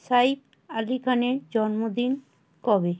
সইফ আলি খানের জন্মদিন কবে